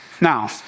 Now